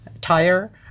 tire